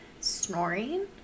snoring